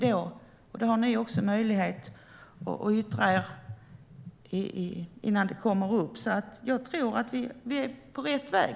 Då har ni också möjlighet att yttra er. Jag tror att vi är på rätt väg.